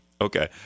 Okay